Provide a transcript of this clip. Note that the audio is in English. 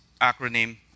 acronym